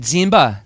Zimba